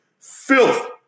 filth